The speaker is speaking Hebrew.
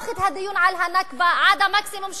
את הדיון על ה"נכבה" עד המקסימום שלו,